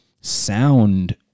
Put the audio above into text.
sound